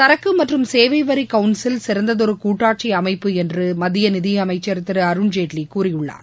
சரக்கு மற்றும் சேவைவரி கவுன்சில் சிறந்ததொரு கூட்டாட்சி அமைப்பு என்றும் மத்திய நிதியமைச்சர் திரு அருண்ஜேட்லி கூறியுள்ளார்